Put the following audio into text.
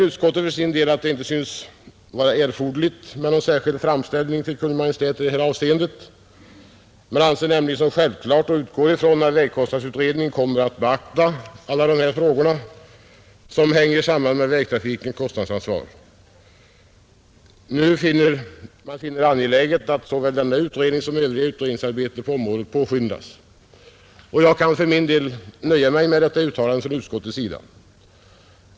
Utskottet uttalar att det inte synes erforderligt med någon särskild framställning till Kungl. Maj:t i det avseendet — man anser det självklart att vägkostnadsutredningen kommer att beakta alla de frågor som hänger samman med vägtrafiken och kostnadsansvaret. Man finner det angeläget att såväl denna utredning som övriga utredningar på området påskyndas. Jag kan nöja mig med det uttalandet från utskottet.